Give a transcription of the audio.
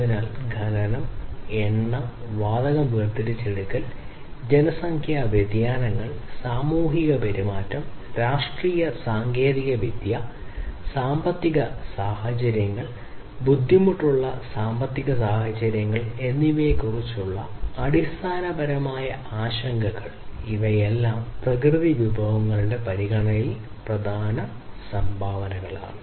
അതിനാൽ ഖനനം എണ്ണ വാതകം വേർതിരിച്ചെടുക്കൽ ജനസംഖ്യാ വ്യതിയാനങ്ങൾ സാമൂഹിക പെരുമാറ്റം രാഷ്ട്രീയം സാങ്കേതികവിദ്യ സാമ്പത്തിക സാഹചര്യങ്ങൾ ബുദ്ധിമുട്ടുള്ള സാമ്പത്തിക സാഹചര്യങ്ങൾ എന്നിവയെക്കുറിച്ചുള്ള അടിസ്ഥാനപരമായ ആശങ്കകൾ ഇവയെല്ലാം പ്രകൃതി വിഭവങ്ങളുടെ പരിഗണനയിൽ പ്രധാന സംഭാവനകളാണ്